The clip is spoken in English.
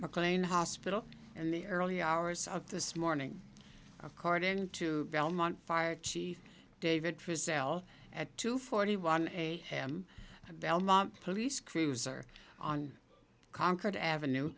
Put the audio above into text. mclean hospital in the early hours of this morning according to belmont fire chief david frisell at two forty one am belmont police cruiser on concord avenue